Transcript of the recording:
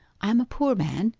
i'm a poor man,